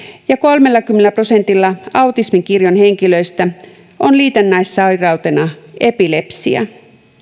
ja kolmellakymmenellä prosentilla autismin kirjon henkilöistä on liitännäissairautena epilepsia